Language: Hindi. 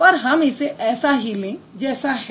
पर हम इसे ऐसा ही लें जैसा है